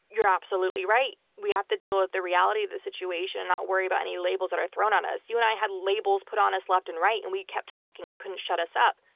you're absolutely right. we have to deal with the reality of the situation, not worry about any labels that are thrown on us. you and i had labels put on us left and right, and we kept talking. they couldn't shut us up,